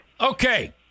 Okay